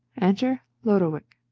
enter lodowick.